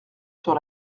sur